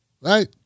right